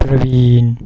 Praveen